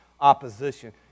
opposition